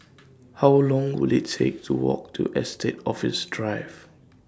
How Long Will IT Take to Walk to Estate Office Drive